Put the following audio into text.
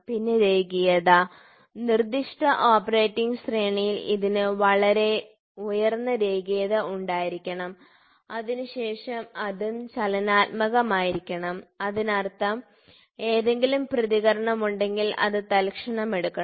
പിന്നെ രേഖീയത നിർദ്ദിഷ്ട ഓപ്പറേറ്റിംഗ് ശ്രേണിയിൽ ഇതിന് വളരെ ഉയർന്ന രേഖീയത ഉണ്ടായിരിക്കണം അതിനുശേഷം അതും ചലനാത്മകമായിരിക്കണം അതിനർത്ഥം ഏതെങ്കിലും പ്രതികരണം ഉണ്ടെങ്കിൽ അത് തൽക്ഷണം എടുക്കണം